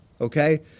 okay